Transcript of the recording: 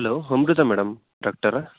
hello Amrita madam ಡಾಕ್ಟರಾ